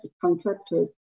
contractors